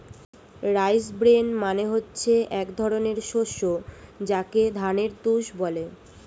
rice bran মানে হচ্ছে এক ধরনের শস্য যাকে ধানের তুষ বলে